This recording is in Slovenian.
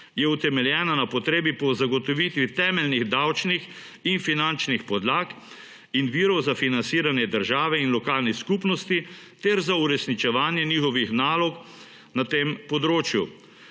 je utemeljena na potrebi po zagotovitvi temeljnih davčnih in finančnih podlag in virov za financiranje države in lokalnih skupnosti ter za uresničevanje njihovih nalog na tem področju.